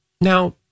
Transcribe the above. now